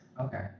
okay